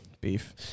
beef